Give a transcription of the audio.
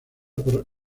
por